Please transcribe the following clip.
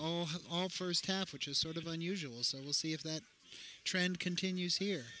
off first half which is sort of unusual so we'll see if that trend continues here